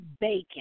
bacon